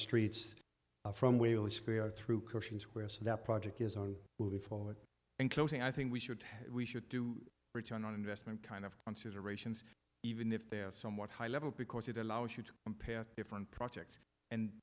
wales through questions where so that project is on moving forward in closing i think we should we should do return on investment kind of considerations even if they are somewhat high level because it allows you to compare different projects and